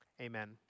Amen